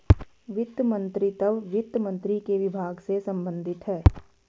वित्त मंत्रीत्व वित्त मंत्री के विभाग से संबंधित है